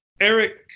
Eric